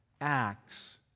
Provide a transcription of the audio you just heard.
acts